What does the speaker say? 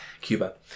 Cuba